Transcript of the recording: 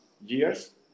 years